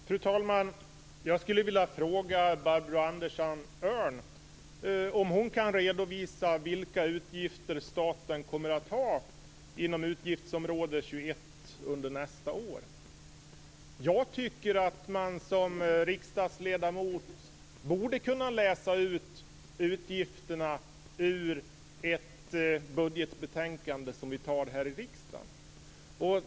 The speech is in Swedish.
Fru talman! Jag skulle vilja fråga Barbro Andersson Öhrn om hon kan redovisa vilka utgifter staten kommer att ha inom utgiftsområde 21 under nästa år. Jag tycker att man som riksdagsledamot borde kunna läsa ut utgifterna ur ett budgetbetänkande som vi fattar beslut om här i riksdagen.